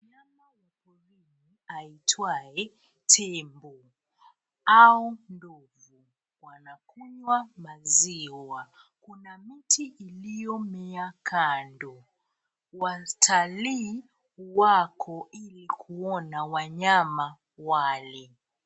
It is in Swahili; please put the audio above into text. Mnyama aitwaye tembo au ndovu anakunywa maziwa. Kuna mti iliyomea kando. Watalii wako ili kuona wanyama wale.